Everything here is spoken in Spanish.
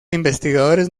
investigadores